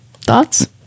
thoughts